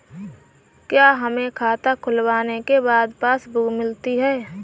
क्या हमें खाता खुलवाने के बाद पासबुक मिलती है?